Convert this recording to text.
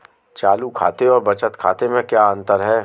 चालू खाते और बचत खाते में क्या अंतर है?